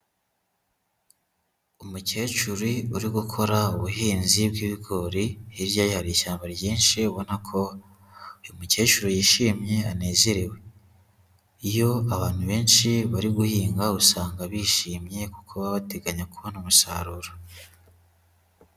Umukecuri uri gukora ubuhinzi bw'ibigori, hirya ye hari ishyamba ryinshi ubona ko uyu mukecuru yishimye, anezerewe. Iyo abantu benshi bari guhinga, usanga bishimye kuko baba bateganya kubona umusaruro.